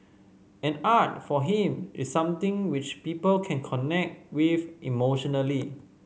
and art for him is something which people can connect with emotionally